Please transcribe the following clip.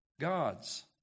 God's